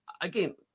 again